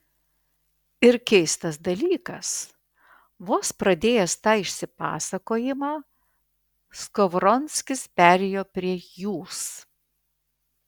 ir keistas dalykas vos pradėjęs tą išsipasakojimą skovronskis perėjo prie jūs